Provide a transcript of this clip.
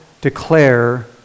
declare